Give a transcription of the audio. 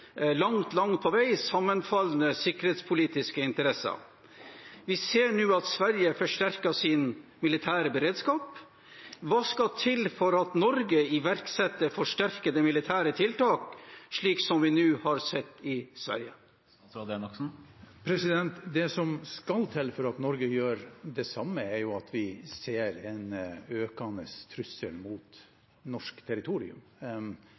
langt på vei sammenfallende sikkerhetspolitiske interesser. Vi ser nå at Sverige har forsterket sin militære beredskap. Hva skal til for at Norge iverksetter forsterkede militære tiltak, slik som vi nå har sett i Sverige? Det som skal til for at Norge gjør det samme, er at vi ser en økende trussel mot norsk territorium.